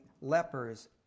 lepers